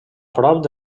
prop